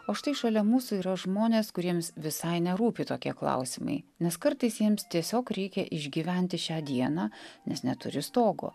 o štai šalia mūsų yra žmonės kuriems visai nerūpi tokie klausimai nes kartais jiems tiesiog reikia išgyventi šią dieną nes neturi stogo